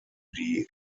die